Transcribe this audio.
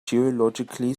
geologically